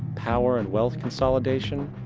power and wealth consolidation,